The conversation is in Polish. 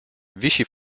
wisi